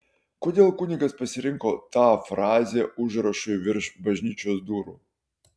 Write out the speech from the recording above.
kodėl kunigas pasirinko tą frazę užrašui virš bažnyčios durų